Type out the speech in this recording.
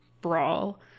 brawl